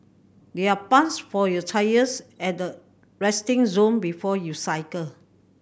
there are pumps for your tyres at the resting zone before you cycle